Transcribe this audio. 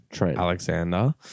Alexander